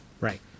Right